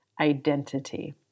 identity